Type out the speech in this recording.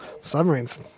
Submarine's